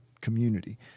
community